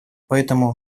поэтому